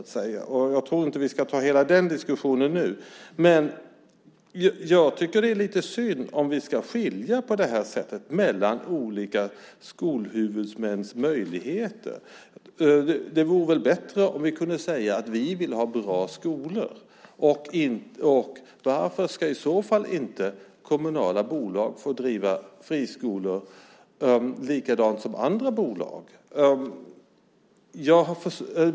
Jag tror dock inte att vi ska ta den diskussionen nu. Det är lite synd om vi på det här sättet ska skilja mellan olika skolhuvudmäns möjligheter. Det vore bättre om vi kunde säga att vi vill ha bra skolor. Varför ska i så fall inte kommunala bolag få driva friskolor på samma sätt som andra bolag?